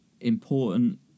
important